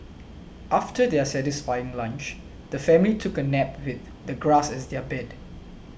after their satisfying lunch the family took a nap with the grass as their bed